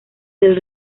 del